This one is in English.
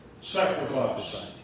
sacrifice